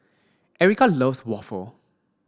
Ericka loves waffle